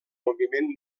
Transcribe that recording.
moviment